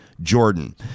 Jordan